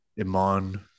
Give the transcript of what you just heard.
Iman